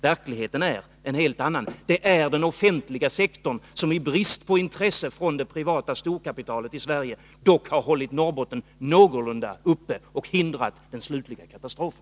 Verkligheten är en helt annan; det är den offentliga sektorn som —i brist på intresse från det privata storkapitalet i Sverige — har hållit Norrbotten någorlunda uppe och hindrat den slutliga katastrofen.